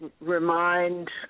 remind